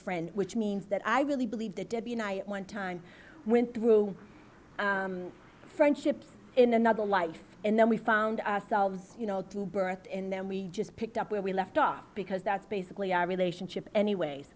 friends which means that i really believe that debbie knight one time went through friendships in another life and then we found ourselves you know to birth and then we just picked up where we left off because that's basically our relationship anyway